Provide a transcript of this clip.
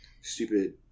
stupid